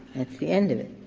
that's the end of it.